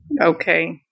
Okay